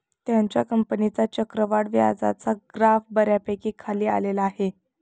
त्याच्या कंपनीचा चक्रवाढ व्याजाचा ग्राफ बऱ्यापैकी खाली आलेला आहे